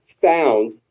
found